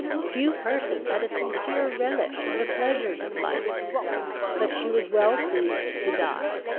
few persons had a sincerer relish of the pleasures of life but she was well pleased to die,